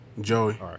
Joey